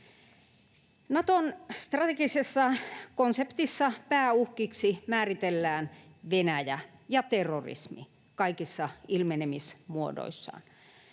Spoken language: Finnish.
Naton strategisessa konseptissa pääuhkiksi määritellään Venäjä ja terrorismi kaikissa ilmenemismuodoissaan.